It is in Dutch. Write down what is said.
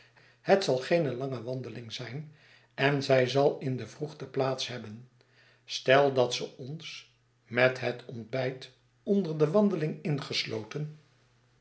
het zal geene lange wandeling zijn en zij zal in de vroegte plaats hebben stel dat ze ons